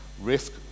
risk